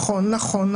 נכון, נכון.